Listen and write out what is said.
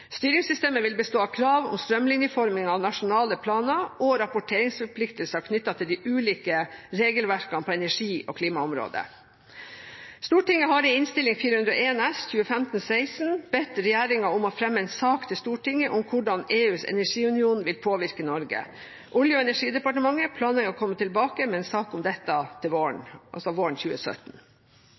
Styringssystemet vil bestå av krav om strømlinjeforming av nasjonale planer og rapporteringsforpliktelser knyttet til de ulike regelverkene på energi- og klimaområdet. Stortinget har i Innst. 401 S for 2015–2016 bedt regjeringen om å fremme en sak til Stortinget om hvordan EUs energiunion vil påvirke Norge. Olje- og energidepartementet planlegger å komme tilbake med en sak om dette våren